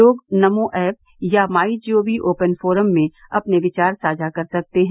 लोग नमो ऐप या MyGov open forum में अपने विचार साझा कर सकते हैं